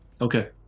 Okay